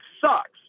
sucks